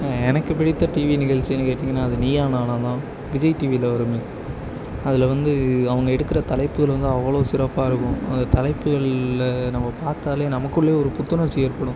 எனக்கு பிடித்த டிவி நிகழ்ச்சின்னு கேட்டீங்கனால் அது நீயா நானா தான் விஜய் டிவியில வருமே அதில் வந்து அவங்க எடுக்கிற தலைப்புகள் வந்து அவ்வளோ சிறப்பாக இருக்கும் அந்த தலைப்புகள்ல நம்ம பார்த்தாலே நமக்குள்ளேயே ஒரு புத்துணர்ச்சி ஏற்படும்